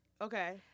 Okay